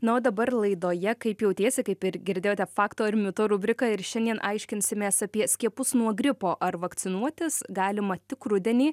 na o dabar laidoje kaip jautiesi kaip ir girdėjote fakto ir mito rubrika ir šiandien aiškinsimės apie skiepus nuo gripo ar vakcinuotis galima tik rudenį